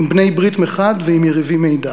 עם בעלי ברית מחד ועם יריבים מאידך.